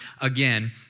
again